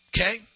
Okay